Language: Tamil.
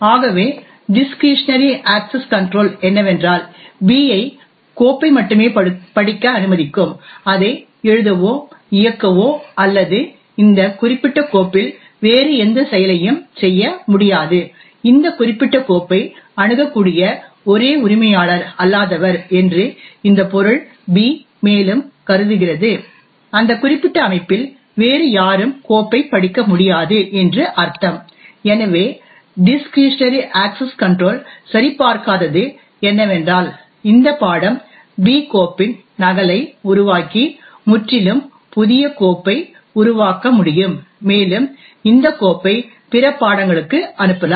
ஆகவே டிஸ்க்ரிஷனரி அக்சஸ் கன்ட்ரோல் என்னவென்றால் B ஐ கோப்பை மட்டுமே படிக்க அனுமதிக்கும் அதை எழுதவோ இயக்கவோ அல்லது இந்த குறிப்பிட்ட கோப்பில் வேறு எந்த செயலையும் செய்ய முடியாது இந்த குறிப்பிட்ட கோப்பை அணுகக்கூடிய ஒரே உரிமையாளர் அல்லாதவர் என்று இந்த பொருள் B மேலும் கருதுகிறது அந்த குறிப்பிட்ட அமைப்பில் வேறு யாரும் கோப்பைப் படிக்க முடியாது என்று அர்த்தம் எனவே டிஸ்க்ரிஷனரி அக்சஸ் கன்ட்ரோல் சரிபார்க்காதது என்னவென்றால் இந்த பாடம் B கோப்பின் நகலை உருவாக்கி முற்றிலும் புதிய கோப்பை உருவாக்க முடியும் மேலும் இந்த கோப்பை பிற பாடங்களுக்கு அனுப்பலாம்